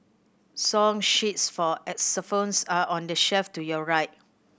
song sheets for xylophones are on the shelf to your right